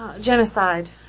Genocide